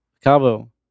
Cabo